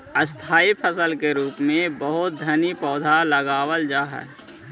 स्थाई फसल के रूप में बहुत सनी पौधा लगावल जा हई